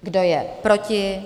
Kdo je proti?